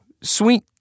Sweet